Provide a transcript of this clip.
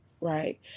right